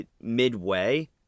midway